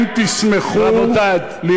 שכולכם תשמחו, לא להפריע לשר.